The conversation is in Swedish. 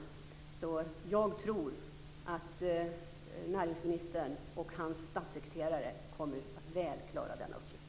Jag tror att näringsministern och hans statssekreterare väl kommer att klara denna uppgift.